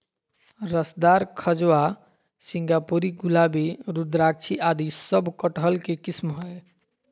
रसदार, खजवा, सिंगापुरी, गुलाबी, रुद्राक्षी आदि सब कटहल के किस्म हय